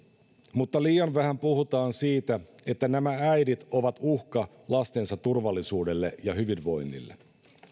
mutta liian vähän puhutaan siitä että nämä äidit ovat uhka lastensa turvallisuudelle ja hyvinvoinnille